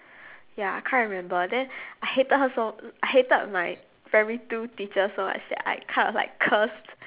ya I can't remember then I hated her so I hated my primary two teacher so much that I kind of like cursed